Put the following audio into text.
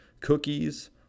Cookies